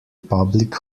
public